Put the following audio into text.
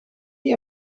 die